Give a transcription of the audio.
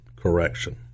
correction